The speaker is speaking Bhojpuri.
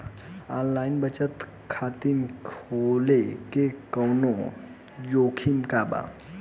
आनलाइन बचत खाता खोले में कवनो जोखिम बा का?